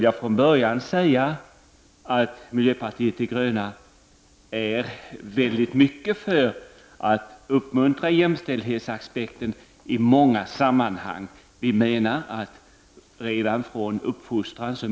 Låt mig från början säga att miljöpartiet de gröna vill uppmuntra jämställdhetssträvandena i många sammanhang. Ofta missgynnas flickor redan under sin uppfostran.